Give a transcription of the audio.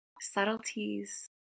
Subtleties